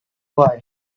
boy